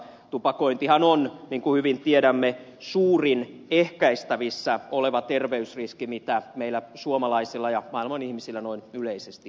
tupakointihan on niin kuin hyvin tiedämme suurin ehkäistävissä oleva terveysriski mitä meillä suomalaisilla ja maailman ihmisillä noin yleisesti on